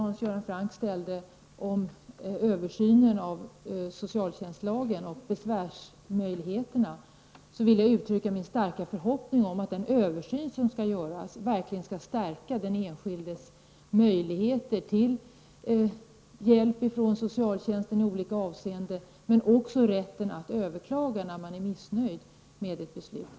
Hans Göran Franck ställde en fråga om översynen av socialtjänstlagen och besvärsmöjligheterna. Jag vill uttrycka min starka förhoppning om att den översyn som skall göras verkligen skall stärka den enskildes möjligheter till hjälp från socialtjänsten i olika avseenden och också rätten att överklaga när man är missnöjd med ett beslut.